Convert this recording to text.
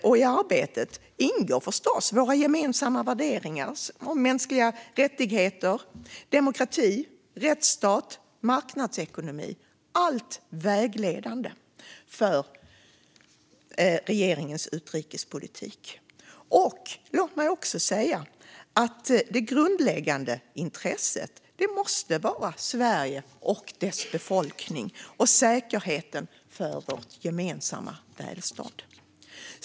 I arbetet ingår förstås våra gemensamma värderingar gällande mänskliga fri och rättigheter, demokrati, rättsstat och marknadsekonomi. Det ska vara vägledande för regeringens utrikespolitik. Det grundläggande intresset måste vara Sveriges och vår befolknings säkerhet samt vårt gemensamma välstånd.